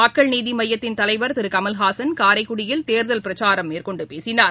மக்கள் நீதிமையத்தின் தலைவர் திருகமலஹாசன் காரைக்குடியில் தேர்தல் பிரச்சாரம் மேற்கொண்டுபேசினார்